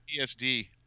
PSD